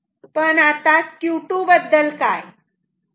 पण आता Q2 बद्दल काय